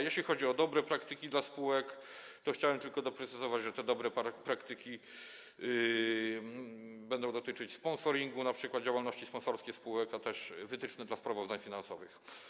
Jeśli chodzi o dobre praktyki dla spółek, to chciałbym tylko doprecyzować, że te dobre praktyki będą dotyczyć sponsoringu, np. działalności sponsorskiej spółek, a także będą obejmować wytyczne dla sprawozdań finansowych.